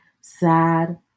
sad